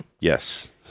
Yes